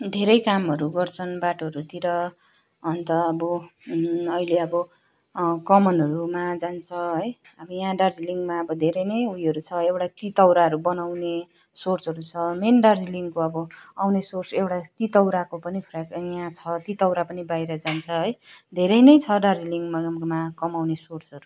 धेरै कामहरू गर्छन् बाटोहरूतिर अन्त अब अहिले अब कमानहरूमा जान्छ है अब यहाँ दार्जिलिङमा अब धेरै नै उयोहरू छ एउटा तितौराहरू बनाउने सोर्जहरू छ मेन दार्जिलिङको अब आउने सोर्स एउटा तितौराको पनि फ्र्याक यहाँ छ तितौरा पनि बाहिर जान्छ है धेरै नै छ दार्जिलिङ मा कमाउने सोर्सहरू